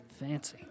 Fancy